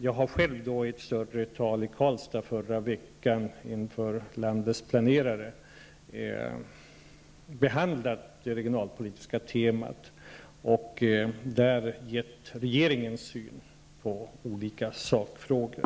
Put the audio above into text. Jag har själv i ett större tal i Karlstad i förra veckan inför landets planerare behandlat det regionalpolitiska temat. Där har jag gett regeringens syn på olika sakfrågor.